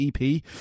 EP